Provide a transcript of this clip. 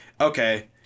okay